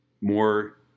more